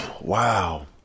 Wow